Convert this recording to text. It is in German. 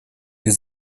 wir